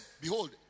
behold